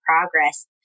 progress